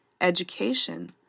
education